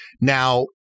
Now